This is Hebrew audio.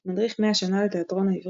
"מדריך 100 שנה לתיאטרון העברי",